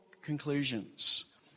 conclusions